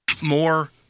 more